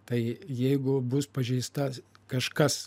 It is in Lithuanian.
tai jeigu bus pažeistas kažkas